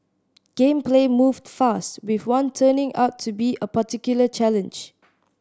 game play moved fast with one turning out to be a particular challenge